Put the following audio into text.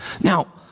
Now